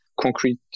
concrete